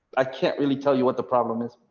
i can't really tell you what the problem is.